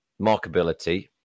markability